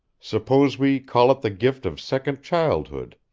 suppose we call it the gift of second childhood.